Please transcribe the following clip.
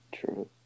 True